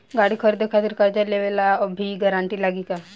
गाड़ी खरीदे खातिर कर्जा लेवे ला भी गारंटी लागी का?